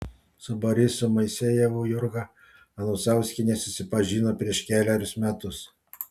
su borisu moisejevu jurga anusauskienė susipažino prieš kelerius metus